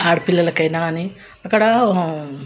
ఆడపిల్లలకైనా అని అక్కడా